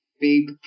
big